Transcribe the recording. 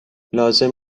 لازم